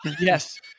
Yes